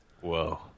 Whoa